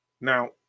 Now